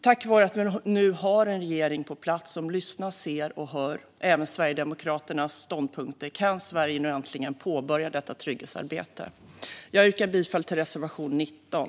Tack vare att vi nu har en regering på plats som lyssnar och som ser och hör även Sverigedemokraternas ståndpunkter kan Sverige nu äntligen påbörja detta trygghetsarbete. Jag yrkar bifall till reservation 19.